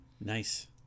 Nice